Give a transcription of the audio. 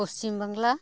Paschimbangla